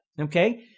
Okay